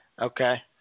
Okay